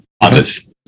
Others